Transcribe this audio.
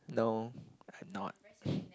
no I'm not